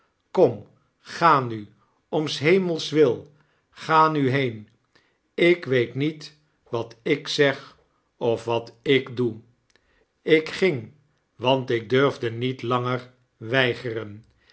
kom ga nu om shemelswil ga nu heen ik weet niet wat ik zeg of wat ik doer ik ging want ik durfde niet langer weigeren